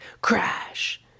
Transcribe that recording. crash